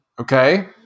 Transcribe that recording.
Okay